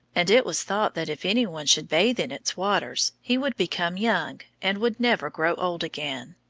and it was thought that if any one should bathe in its waters, he would become young and would never grow old again.